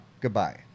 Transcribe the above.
goodbye